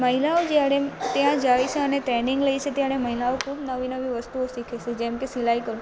મહિલાઓ જ્યારે ત્યાં જાય છે અને ટ્રેનિંગ લે છે ત્યારે મહિલાઓ ખૂબ નવી નવી વસ્તુઓ શીખે છે જેમકે સિલાઈ કામ